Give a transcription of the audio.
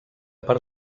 per